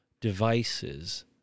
devices